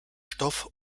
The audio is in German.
stoff